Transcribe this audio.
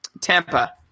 Tampa